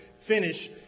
finish